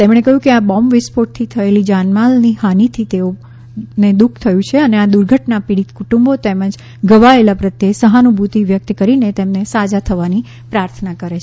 તેમણે કહ્યું છે કે આ બોમ્બ વિસ્ફોટથી થયેલી જાનમાલની હાનીથી તેઓને પણ દુઃખ થયું છે અને આ દુર્ઘટના પીડિત કુટુંબો તેમજ ઘવાયેલા પ્રત્યે સહાનુભૂતિ વ્યક્ત કરીને તેમને સાજા થવાની પ્રાર્થના કરી છે